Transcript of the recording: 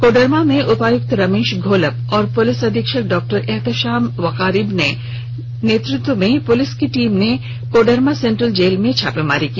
कोडरमा में उपायक्त रमेश घोलप और पुलिस अधीक्षक डॉ एहतेशाम वकारिब के नेतृत्व में पुलिस की टीम ने कोडरमा सेंट्रल जेल में छापेमारी की